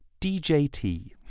DJT